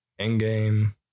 Endgame